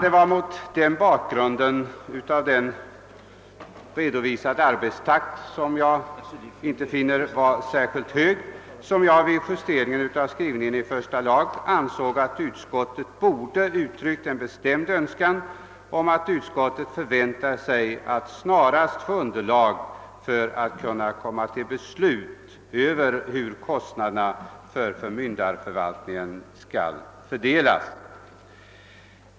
Det var mot bakgrund av denna redovisade arbetstakt, vilken jag inte finner vara särskilt hög, som jag vid justeringen av första lagutskottets utlåtande ansåg att utskottet borde ha uttryckt en bestämd önskan om att snarast få underlag för att kunna komma fram till ett beslut om hur kostnaderna för förmyndarförvaltningen skall fördelas.